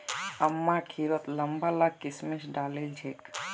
अम्मा खिरत लंबा ला किशमिश डालिल छेक